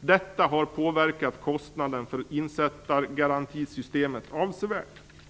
Detta har påverkat kostnaderna för insättargarantisystemet avsevärt."